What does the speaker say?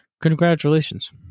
congratulations